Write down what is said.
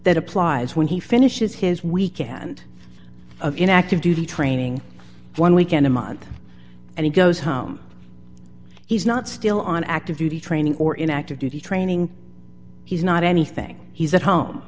that applies when he finishes his weekend of in active duty training one weekend a month and he goes home he's not still on active duty training or in active duty training he's not anything he's at home